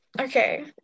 okay